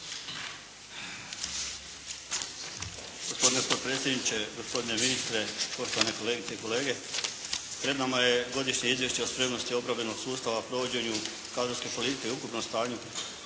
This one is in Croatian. Gospodine potpredsjedniče, gospodine ministre, poštovane kolegice i kolege. Pred nama je godišnje izvješće o spremnosti obrambenog sustava, provođenju kadrovske politike i ukupnom stanju